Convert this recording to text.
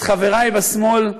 אז חברי בשמאל,